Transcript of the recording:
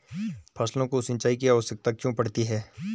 फसलों को सिंचाई की आवश्यकता क्यों पड़ती है?